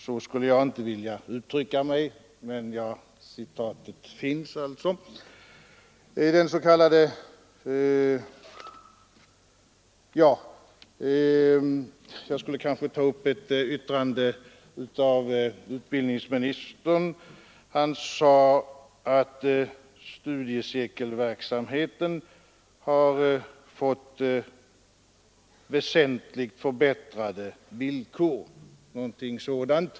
Så skulle jag kanske inte vilja uttrycka mig, men uttalandet finns alltså. Jag vill ta upp ett yttrande av utbildningsministern. Denne sade något av innebörd att studiecirkelverksamheten har fått väsentligt förbättrade villkor.